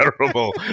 terrible